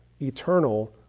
eternal